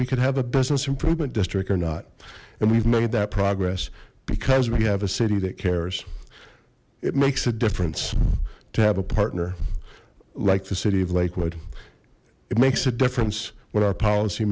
could have a business improvement district or not and we've made that progress because we have a city that cares it makes a difference to have a partner like the city of lakewood it makes a difference when our